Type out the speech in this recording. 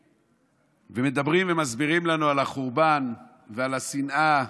ומדברים, ומסבירים לנו על החורבן ועל השנאה.